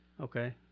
Okay